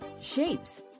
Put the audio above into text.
shapes